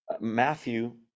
Matthew